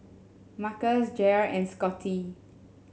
Marcus Jair and Scotty